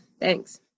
thanks